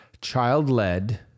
child-led